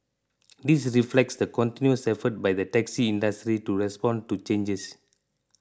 this reflects the continuous efforts by the taxi industry to respond to changes